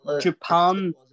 Japan